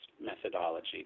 methodology